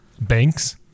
Banks